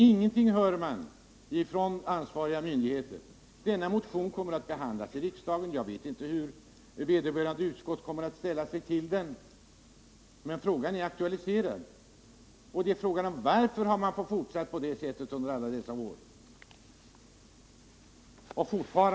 Ingenting görs dock från ansvariga myndigheter. Vår motion kommer att behandlas av riksdagen. Jag vet inte hur vederbörande utskott kommer att ställa sig till den. Men frågan är aktualiserad: Varför har företagen fått fortsätta på detta sätt under alla dessa år?